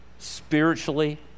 spiritually